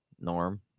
norm